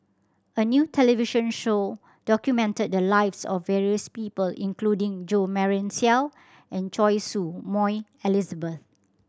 a new television show documented the lives of various people including Jo Marion Seow and Choy Su Moi Elizabeth